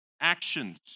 actions